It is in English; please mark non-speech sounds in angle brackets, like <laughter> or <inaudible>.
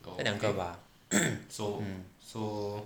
这两个吧 <noise>